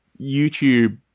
YouTube